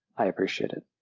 i appreciate it,